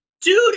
Dude